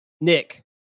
Nick